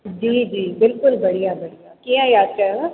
जी जी बिल्कुल बढ़िया बढ़िया कीअं यादि कयव